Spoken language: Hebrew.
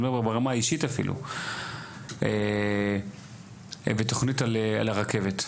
אני אומר ברמה האישית אפילו, ותוכנית על הרכבת.